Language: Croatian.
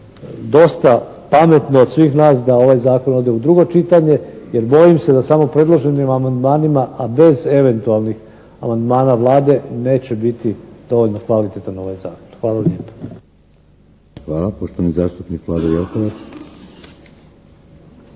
dosta pametno od svih nas da ovaj zakon ode u drugo čitanje. Jer, bojim se da samo predloženim amandmanima a bez eventualnih amandmana Vlade neće biti dovoljno kvalitetan ovaj zakon. Hvala lijepa. **Šeks, Vladimir (HDZ)** Hvala. Poštovani zastupnik Vlado Jelkovac.